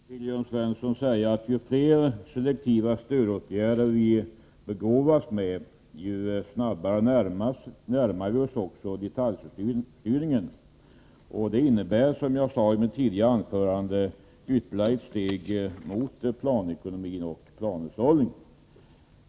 Herr talman! Låt mig till Jörn Svensson bara säga att ju flera selektiva stödåtgärder som vi begåvas med, desto snabbare närmar vi oss också detaljstyrningen. Det innebär, som jag sade i mitt tidigare anförande, ytterligare ett steg mot planhushållning.